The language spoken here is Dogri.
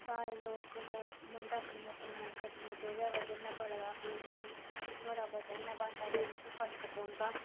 सारे लोक मुंढ अपनी अपनियां गड्डियां जेह्दे वजहा ने बड़ा ज्यादा पोल्यूशन होंदा नोह्ड़े वजहा ने वातावरण गी फर्क पोंदा